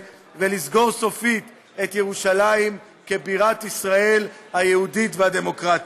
ולסגור סופית את ירושלים כבירת ישראל היהודית והדמוקרטית.